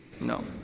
no